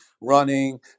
running